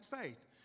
faith